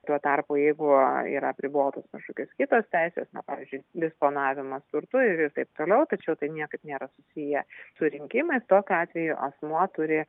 tuo tarpu jeigu yra apribotos kažkokios kitos teisės pavyzdžiui disponavimas turtu ir ir taip toliau tačiau tai niekaip nėra susiję su rinkimais tokiu atveju asmuo turi